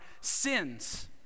sins